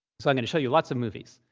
so i'm going to show you lots of movies.